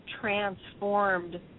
transformed